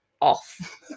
Off